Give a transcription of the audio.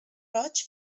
roig